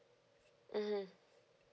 mmhmm